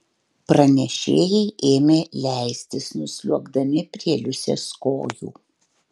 pranešėjai ėmė leistis nusliuogdami prie liusės kojų